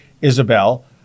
Isabel